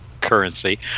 currency